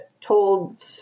told